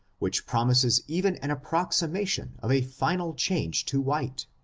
which promises even an approximation of a final change to white?